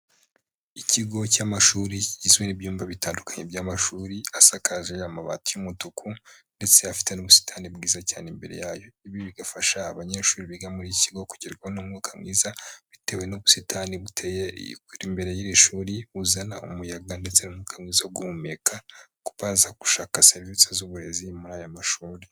Ikigo cy'amashuri kigizwe n'ibyumba bitandukanye by'amashuri asakaje amabati y'umutuku, ndetse afite n'ubusitani bwiza cyane imbere yayo. Ibi bigafasha abanyeshuri biga muri iki kigo kugerwaho n'umwuka mwiza bitewe n'ubusitani buri imbere y'iri shuri uzana umuyaga ndetse n'umwuka mwiza wo guhumeka, kubaza gushaka serivisi z'uburezi muri aya mashuri.